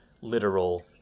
literal